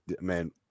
man